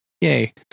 Yay